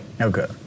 Okay